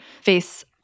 face